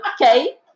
Okay